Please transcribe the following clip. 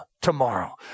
tomorrow